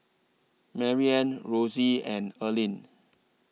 Maryanne Rosie and Erlene